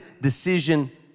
decision